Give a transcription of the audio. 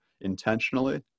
intentionally